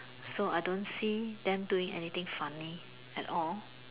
so I don't see them doing anything funny at all